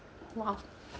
!wah!